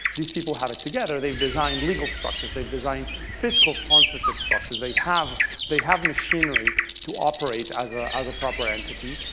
these people have it together, they've designed legal structures, they've designed fiscal sponsorship structures, they have they have machinery to operate as ah as a proper entity.